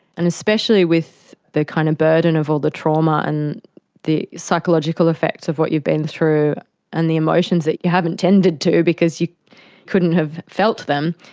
and especially with the kind of burden of all the trauma and the psychological effects of what you've been through and the emotions that you haven't tended to because you couldn't have felt them,